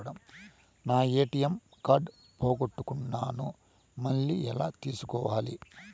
నా ATM card పోగొట్టుకున్నాను, మళ్ళీ ఎలా తీసుకోవాలి?